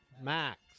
Max